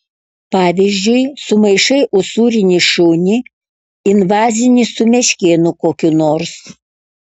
pavyzdžiui sumaišai usūrinį šunį invazinį su meškėnu kokiu nors